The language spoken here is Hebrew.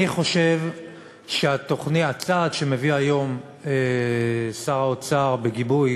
אני חושב שהצעד שמביא היום שר האוצר בגיבוי